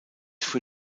für